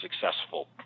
successful